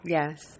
Yes